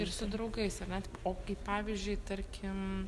ir su draugais ar ne o kaip pavyzdžiui tarkim